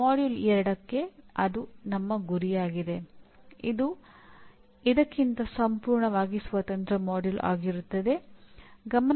module 2 ಗಾಗಿ ಅದು ನಮ್ಮ ಗುರಿಯಾಗಿದೆ ಇದು ಇದಕ್ಕಿಂತ ಸಂಪೂರ್ಣವಾಗಿ ಸ್ವತಂತ್ರ ಮಾಡ್ಯೂಲ್ ಆಗಿರುತ್ತದೆ